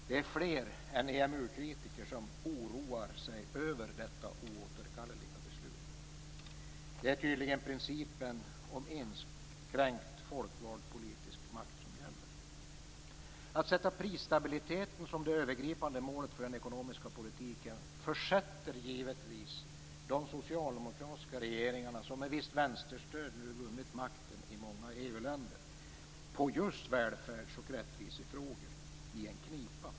Det är fler än EMU-kritiker som oroar sig över detta oåterkalleliga beslut. Det är tydligen principen om inskränkt folkvald politisk makt som gäller. Att sätta prisstabiliteten som det övergripande målet för den ekonomiska politiken försätter givetvis de socialdemokratiska regeringarna, som med visst vänsterstöd nu vunnit makten i många EU-länder på just välfärds och rättvisefrågor, i en knipa.